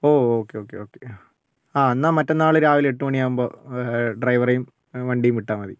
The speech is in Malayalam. ഓ ഓക്കേ ഓക്കേ ഓക്കേ ആ എന്നാൽ മറ്റന്നാൾ രാവിലെ എട്ടുമണി ആകുമ്പോൾ ഡ്രൈവറേയും വണ്ടിയും വിട്ടാൽ മതി